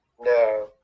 No